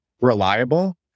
reliable